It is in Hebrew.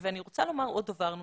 אני רוצה לומר עוד דבר נוסף.